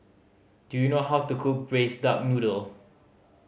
do you know how to cook Braised Duck Noodle